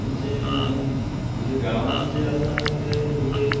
तांचे आमकां जे गांवान जे आसा ते भुरगे